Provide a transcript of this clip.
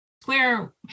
Square